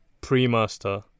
pre-master